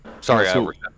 Sorry